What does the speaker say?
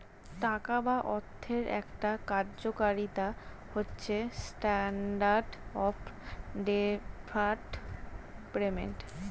টাকা বা অর্থের একটা কার্যকারিতা হচ্ছে স্ট্যান্ডার্ড অফ ডেফার্ড পেমেন্ট